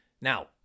Now